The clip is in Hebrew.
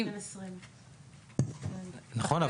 --- נכון,